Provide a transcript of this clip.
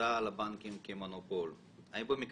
כי הבנקים העניקו אשראי